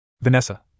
Vanessa